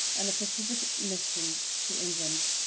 on a pacific mission to england.